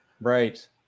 right